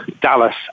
Dallas